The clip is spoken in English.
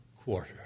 quarter